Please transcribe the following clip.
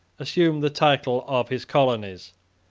assumed the title of his colonies,